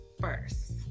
first